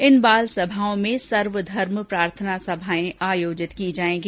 इन बालसभाओं में सर्वधर्म प्रार्थनासभाए भी आयोजित की जाएगी